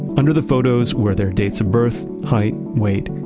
under the photos where their dates of birth, height, weight,